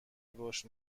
رشد